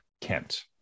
Kent